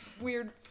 weird